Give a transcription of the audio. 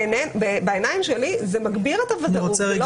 בעיניים שלי זה מגביר את הוודאות.